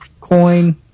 coin